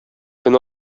көн